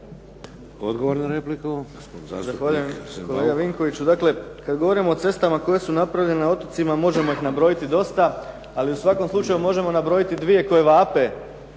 Odgovor na repliku,